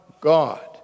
God